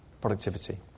productivity